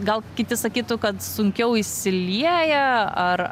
gal kiti sakytų kad sunkiau įsilieja ar